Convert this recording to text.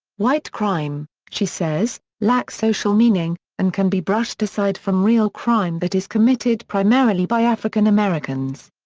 white crime, she says, lacks social meaning, and can be brushed aside from real crime that is committed primarily by african americans.